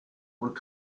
und